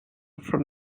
from